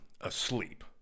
asleep